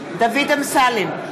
אמסלם,